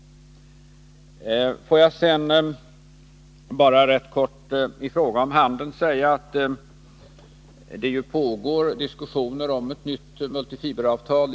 Får jag sedan i fråga om handeln bara kortfattat säga att det f. n. i Geneve pågår diskussioner om ett nytt multifiberavtal.